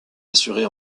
assurés